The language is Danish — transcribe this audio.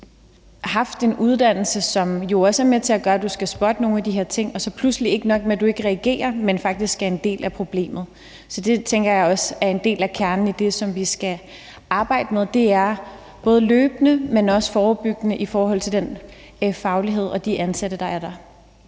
haft en uddannelse, som jo også er med til at gøre, at du skal spotte nogle af de her ting, og så pludselig – ikke nok med, at du ikke reagerer – faktisk selv er en del af problemet. Så det tænker jeg også er en del af kernen i det, vi skal arbejde med, både løbende og forebyggende i forhold til den faglighed og de ansatte, der er der.